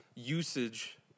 usage